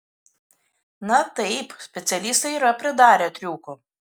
na taip specialistai yra pridarę triukų